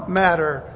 matter